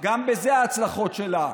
גם בזה ההצלחות שלה,